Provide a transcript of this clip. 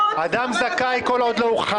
אדם זכאי כל עוד לא הוכחה אשמתו.